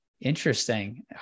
Interesting